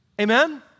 Amen